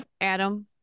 adam